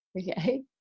Okay